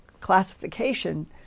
classification